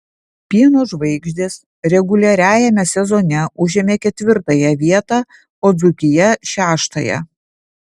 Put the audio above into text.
pieno žvaigždės reguliariajame sezone užėmė ketvirtąją vietą o dzūkija šeštąją